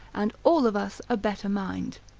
and all of us a better mind.